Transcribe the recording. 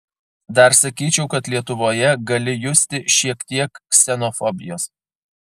dar sakyčiau kad lietuvoje gali justi šiek tiek ksenofobijos